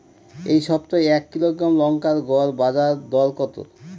এই সপ্তাহে এক কিলোগ্রাম লঙ্কার গড় বাজার দর কত?